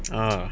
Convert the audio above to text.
uh